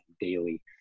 daily